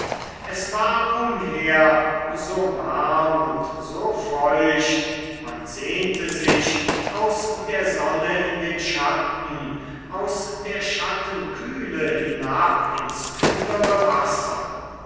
es war umher so warm und so feucht man sehnte sich aus der sonne in den schatten aus der schattenkühle hinab ins kühlere wasser